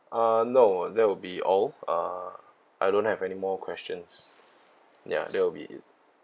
uh no that will be all uh I don't have any more questions ya that'll be